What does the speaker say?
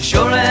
Sure